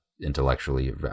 intellectually